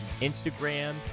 Instagram